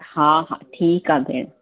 हा हा ठीकु आहे भेण